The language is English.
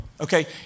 Okay